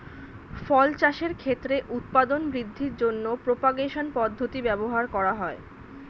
ফল চাষের ক্ষেত্রে উৎপাদন বৃদ্ধির জন্য প্রপাগেশন পদ্ধতি ব্যবহার করা হয়